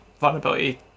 vulnerability